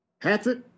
Patrick